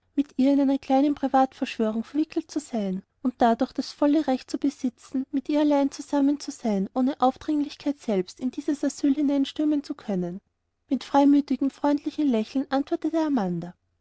mit ihr in einer kleinen privat verschwörung verwickelt zu sein und dadurch das volle recht zu besitzen mit ihr allein zusammen zu sein ohne aufdringlichkeit selbst in dieses asyl hineinstürmen zu können mit freimütigem freudigem lächeln antwortete amanda